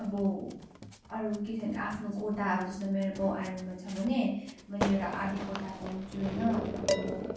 अब अरू के छ भन्दा आफ्नो कोटा अब जस्तै मेरो बाबु आर्मीमा छ भने मैले एउटा आधी कोटा पाउँछु होइन अब